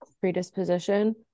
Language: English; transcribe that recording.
predisposition